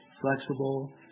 flexible